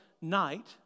night